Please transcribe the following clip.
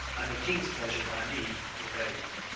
and the kings pleasure by me obey'd